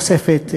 הנוספת,